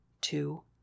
Two